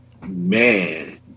man